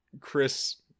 chris